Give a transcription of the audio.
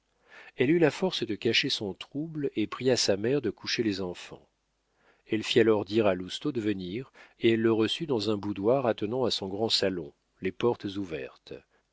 elle eut la force de cacher son trouble et pria sa mère de coucher les enfants elle fit alors dire à lousteau de venir et elle le reçut dans un boudoir attenant à son grand salon les portes ouvertes